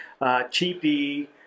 cheapy